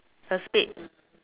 a spade